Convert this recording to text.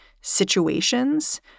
situations